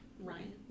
Ryan